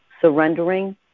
surrendering